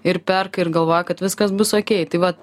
ir perka ir galvoja kad viskas bus okei tai vat